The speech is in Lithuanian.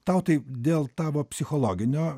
tau tai dėl tavo psichologinio